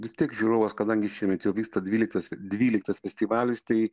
vis tiek žiūrovas kadangi šiemet jau vyksta dvyliktas dvyliktas festivalis tai